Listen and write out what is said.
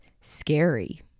scary